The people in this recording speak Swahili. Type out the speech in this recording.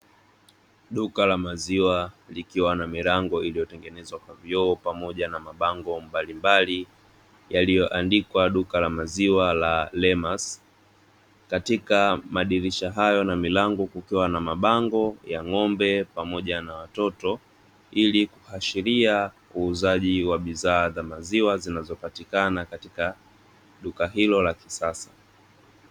Duka la maziwa likiwa na milango iliyotengenezwa kwa vyoo pamoja na mabango mbalimbali. Yaliyoandikwa Duka la maziwa la Rema's. Katika madirisha hayo na milango kukiwa na mabango ya ng'ombe pamoja na watoto, ili kuashiria uuzaji wa bidhaa za maziwa zinazopatikana katika duka hilo la kisasa.